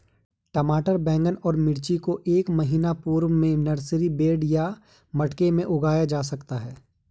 टमाटर बैगन और मिर्ची को एक महीना पूर्व में नर्सरी बेड या मटके भी में उगाया जा सकता है